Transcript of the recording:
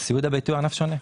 הסיעוד הביתי הוא ענף שונה.